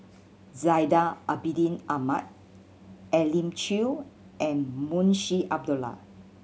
Zainal Abidin Ahmad Elim Chew and Munshi Abdullah